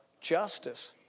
justice